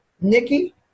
nikki